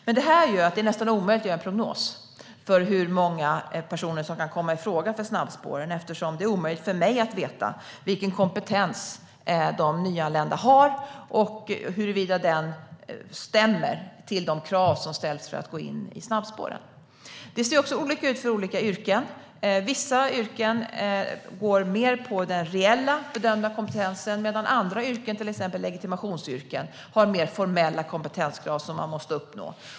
Men detta gör det nästan omöjligt att göra en prognos för hur många personer som kan komma ifråga för snabbspåren, eftersom det är omöjligt för mig att veta vilken kompetens de nyanlända har och huruvida den stämmer mot de krav som ställs för att gå in i snabbspåren. Det ser också olika ut för olika yrken. Vissa yrken går mer på den reella bedömda kompetensen, medan andra yrken, till exempel legitimationsyrken, har mer formella kompetenskrav som man måste uppnå.